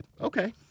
Okay